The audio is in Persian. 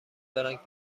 فرانک